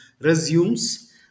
resumes